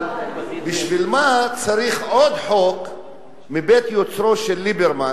בשביל מה צריך עוד חוק מבית-היוצר של ליברמן,